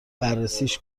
بررسیش